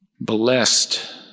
blessed